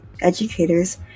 educators